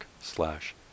slash